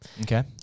okay